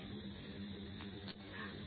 R1 R2 10 kilo ohm